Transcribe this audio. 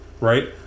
Right